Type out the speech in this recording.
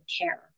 care